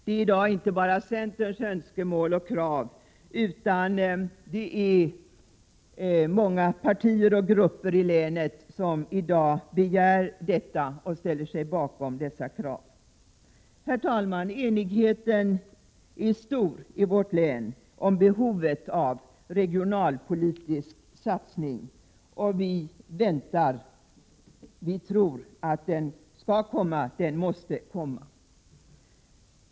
Det är inte bara centern som i dag kräver ett X-paket, utan det gör också andra partier och många grupper i länet. Enigheten är stor i vårt län när det gäller behovet av en regionalpolitisk satsning. Vi tror att en sådan skall komma — och en sådan måste ju komma.